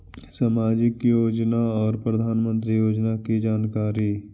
समाजिक योजना और प्रधानमंत्री योजना की जानकारी?